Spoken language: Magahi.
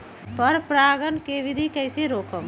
पर परागण केबिधी कईसे रोकब?